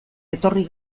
etorri